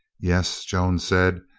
yes, joan said.